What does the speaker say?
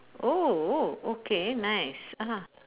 oh oh okay nice (uh huh)